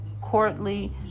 courtly